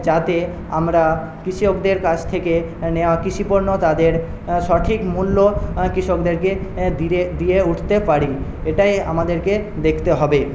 যাতে আমরা কৃষকদের কাছ থেকে আমরা কৃষিপণ্য তাদের সঠিক মূল্য কৃষকদেরকে দিরে দিয়ে উঠতে পারি এটাই আমাদেরকে দেখতে হবে